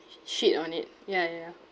sh~ shit on it ya ya ya